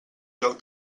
joc